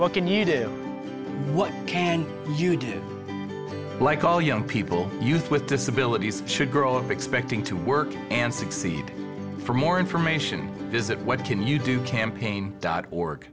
well can you do what can you do like all young people youth with disabilities should girls are expecting to work and succeed for more information visit what can you do campaign dot org